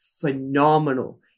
phenomenal